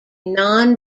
non